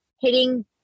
hitting